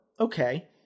Okay